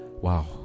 Wow